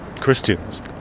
Christians